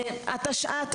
בשנת התשע״ט,